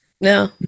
No